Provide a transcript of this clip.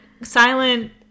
Silent